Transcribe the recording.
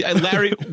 Larry